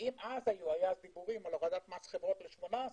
ואם אז היו דיבורים על הורדת מס חברות ל-18,